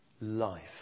life